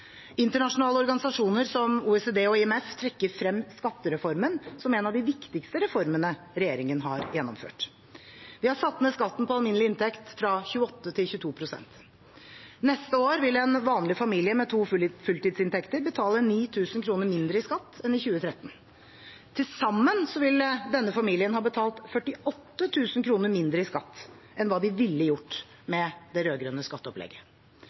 Internasjonale organisasjoner som OECD og IMF trekker frem skattereformen som en av de viktigste reformene regjeringen har gjennomført. Vi har satt ned skatten på alminnelig inntekt fra 28 til 22 pst. Neste år vil en vanlig familie med to fulltidsinntekter betale 9 000 kr mindre i skatt enn i 2013. Til sammen vil denne familien ha betalt 48 000 kr mindre i skatt enn hva de ville gjort med det rød-grønne skatteopplegget.